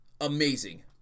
Amazing